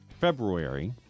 February